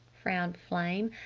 frowned flame.